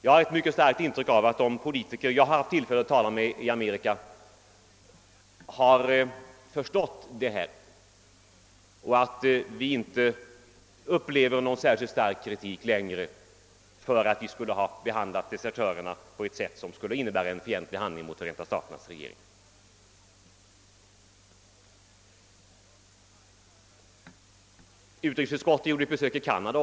Jag har ett bestämt intryck av att de politiker jag har haft tillfälle att tala med i Amerika har förstått detta. Vi upplevde inte någon särskilt skarp kritik för att vi skulle ha behandlat desertörerna på ett sätt som skulle innebära en fientlig handling mot Förenta staternas regering. Utrikesutskottet gjorde också ett besök i Canada.